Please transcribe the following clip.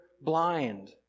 blind